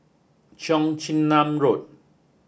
Cheong Chin Nam Road